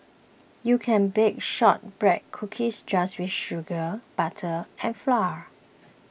you can bake Shortbread Cookies just with sugar butter and flour